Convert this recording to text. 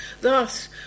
Thus